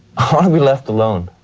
i want to be left alone.